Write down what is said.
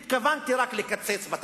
התכוונתי רק לקצץ בתקציב.